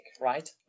right